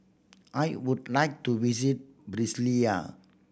I would like to visit Brasilia